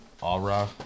Aura